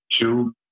Two